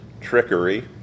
trickery